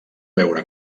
veure